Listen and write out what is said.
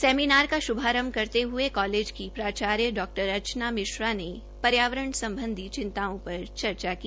seminar में सुभारंभ करते हऐ कालेज की प्राचार्य डा अर्चना मिश्रा ने पर्यावरण सम्बधी चिंताओं पर चर्चा की